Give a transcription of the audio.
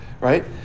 Right